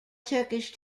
turkish